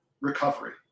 recovery